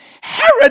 Herod